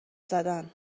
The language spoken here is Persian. زدن